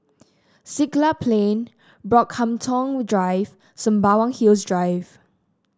Siglap Plain Brockhampton Drive Sembawang Hills Drive